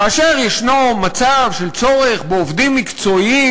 כאשר יש מצב של צורך בעובדים מקצועיים,